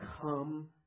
come